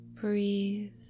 breathe